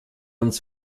uns